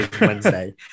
Wednesday